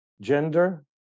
Gender